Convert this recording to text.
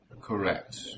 Correct